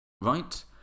right